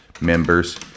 members